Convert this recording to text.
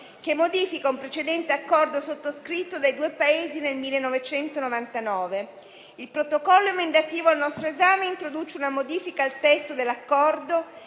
che modifica un precedente accordo sottoscritto dai due Paesi nel 1999. Il Protocollo emendativo al nostro esame introduce una modifica al testo dell'Accordo,